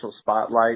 spotlight